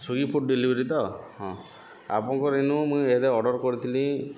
Swiggy food delivery ତ ହଁ ଆପଣଙ୍କର୍ ଇନୁ ମୁଇଁ ଇହାଦେ ଅର୍ଡ଼ର୍ କରିଥିଲି